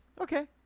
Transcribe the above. okay